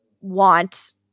want